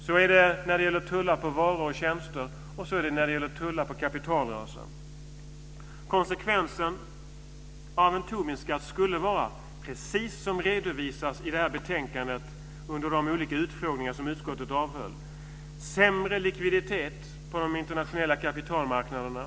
Så är det när det gäller tullar på varor och tjänster, och så är det när det gäller tullar på kapitalrörelser. Konsekvensen av en Tobinskatt skulle vara precis den som redovisats i det här betänkandet och under de olika utfrågningar som utskottet avhållit. Det handlar om sämre likviditet på de internationella kapitalmarknaderna.